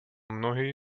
mnohý